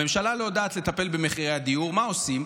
הממשלה לא יודעת לטפל במחירי הדיור, מה עושים?